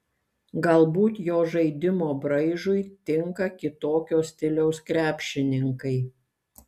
galbūt jo žaidimo braižui tinka kitokio stiliaus krepšininkai